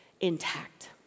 intact